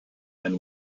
and